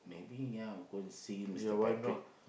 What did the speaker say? maybe ya go and see Mister Patrick